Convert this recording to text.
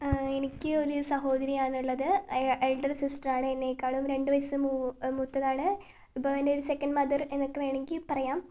എനിക്ക് ഒരു സഹോദരിയാണുള്ളത് എൽഡർ സിസ്റ്ററാണ് എന്നെക്കാളും രണ്ട് വയസ്സ് മൂത്തതാണ് ഇപ്പം എൻ്റെയൊരു സെക്കൻഡ് മദർ എന്നൊക്കെ വേണമെങ്കിൽ പറയാം